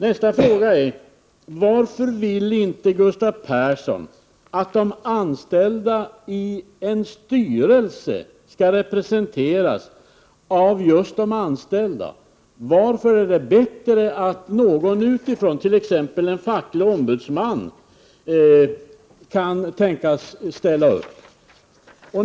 Nästa fråga är: Varför vill inte Gustav Persson att de anställda skall representeras i en styrelse av just de anställda? Varför är det bättre om någon utifrån, t.ex. en facklig ombudsman, kan tänkas ställa upp?